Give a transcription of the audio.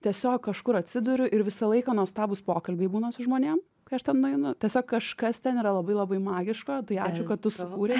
tiesiog kažkur atsiduriu ir visą laiką nuostabūs pokalbiai būna su žmonėm kai aš ten nueinu tiesiog kažkas ten yra labai labai magiško tai ačiū kad tu sukūrei